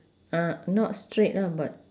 ah not straight lah but